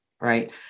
right